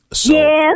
Yes